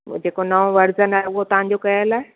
उहो जेको नओं वर्जन आहे उहो तव्हां जो कयल आहे